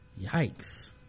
yikes